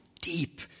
deep